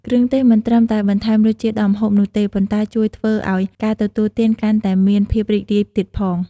គ្រឿងទេសមិនត្រឹមតែបន្ថែមរសជាតិដល់ម្ហូបនោះទេ ប៉ុន្តែជួយធ្វើឲ្យការទទួលទានកាន់តែមានភាពរីករាយទៀតផង។